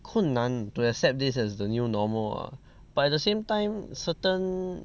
困难 to accept this as the new normal ah but at the same time certain